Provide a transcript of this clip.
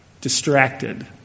distracted